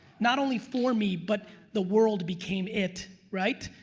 not only for me, but the world became it, right?